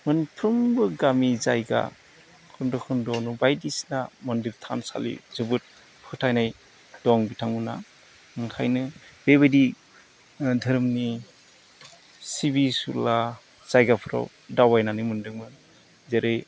मोनफ्रोमबो गामि जायगा खोनदो खोनदो बायदिसिना मन्दिर थानसालि जोबोद फोथायनाय दं बिथांमोना ओंखायनो बेबायदि धोरोमनि सिबिसुला जायगाफोराव दावबायनानै मोनदोंमोन जेरै